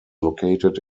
located